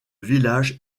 village